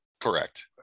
correct